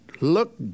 look